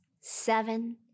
seven